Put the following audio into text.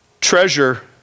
treasure